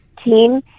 team